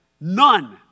None